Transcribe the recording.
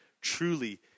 truly